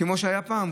כמו שהיה פעם.